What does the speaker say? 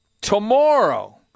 tomorrow